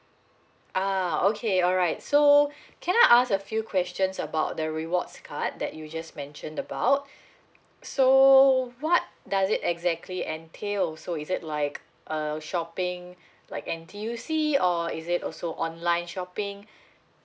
uh okay alright so can I ask a few questions about the rewards card that you just mentioned about so what does it exactly entails so is it like a shopping like N_T_U_C or is it also online shopping